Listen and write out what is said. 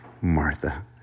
Martha